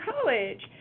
college